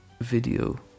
video